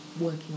working